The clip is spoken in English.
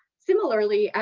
similarly,